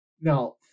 Now